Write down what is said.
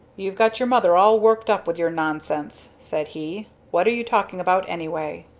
you've got your mother all worked up with your nonsense, said he. what are you talking about anyway?